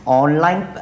online